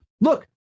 Look